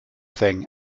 thing